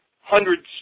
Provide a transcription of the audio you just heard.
hundreds